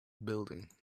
building